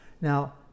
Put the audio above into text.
Now